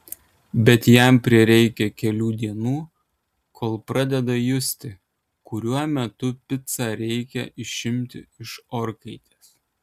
bet jam prireikia kelių dienų kol pradeda justi kuriuo metu picą reikia išimti iš orkaitės